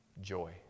joy